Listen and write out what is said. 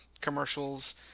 commercials